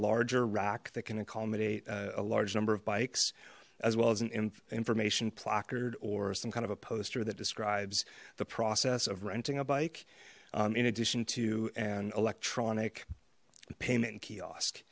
larger rack that can accommodate a large number of bikes as well as an information placard or some kind of a poster that describes the process of renting a bike in addition to an electronic payment